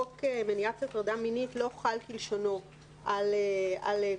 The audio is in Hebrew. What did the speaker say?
חוק למניעת הטרדה מינית לא חל כלשונו על גופי